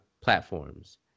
platforms